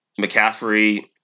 McCaffrey